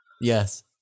Yes